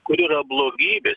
kur yra blogybės